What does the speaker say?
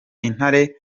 intare